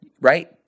right